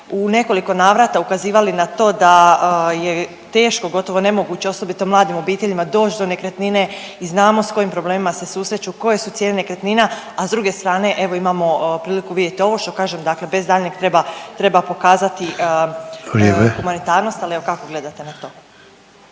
u nekoliko navrata ukazivali na to da je teško, gotovo nemoguće, osobito mladim obiteljima doć do nekretnine i znamo s kojim problemima se susreću, koje su cijene nekretnina, a s druge strane evo imamo priliku vidjet ovo, što kažem dakle bez daljnjeg treba, treba pokazati…/Upadica Sanader: Vrijeme/…humanitarnost, ali evo kako gledate na to?